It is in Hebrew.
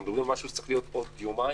אנחנו מדברים על משהו שצריך להיות עוד יומיים,